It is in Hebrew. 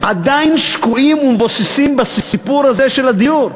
עדיין שקועים ומבוססים בסיפור הזה של הדיור?